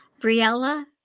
Briella